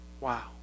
Wow